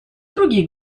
другие